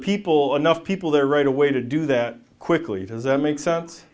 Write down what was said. people enough people there right away to do that quickly does that make sense